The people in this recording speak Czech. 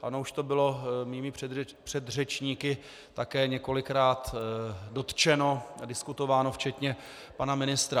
Ono už to bylo mými předřečníky také už několikrát dotčeno a diskutováno včetně pana ministra.